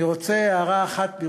ברשותך, אני רוצה לומר הערה אחת.